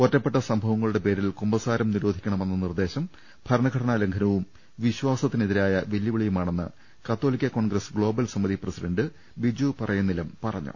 ഒറ്റപ്പെട്ട സംഭവങ്ങളുടെ പേരിൽ കുമ്പസാരം നിരോധിക്കണമെന്ന നിർദേശം ഭര ണഘടനാ ലംഘനവും വിശ്വാസത്തിനെതിരായ വെല്ലുവിളിയുമാണെന്ന് കത്തോലിക്കാ കോൺഗ്രസ് ഗ്ലോബൽ സമിതി പ്രസിഡന്റ് ബിജു പറയന്നിലം പറഞ്ഞു